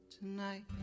tonight